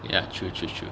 ya true true true